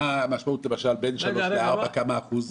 מה המשמעות למשל בין שלוש לארבע, כמה אחוזים?